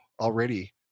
already